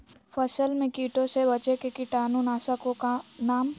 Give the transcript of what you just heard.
फसल में कीटों से बचे के कीटाणु नाशक ओं का नाम?